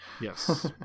yes